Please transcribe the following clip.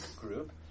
group